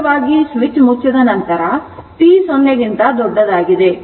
ಸಹಜವಾಗಿ ಸ್ವಿಚ್ ಮುಚ್ಚಿದ ನಂತರ t 0 ಕ್ಕಿಂತ ದೊಡ್ಡದಾಗಿದೆ